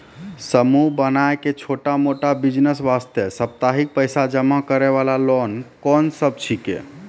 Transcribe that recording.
समूह बनाय के छोटा मोटा बिज़नेस वास्ते साप्ताहिक पैसा जमा करे वाला लोन कोंन सब छीके?